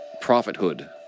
prophethood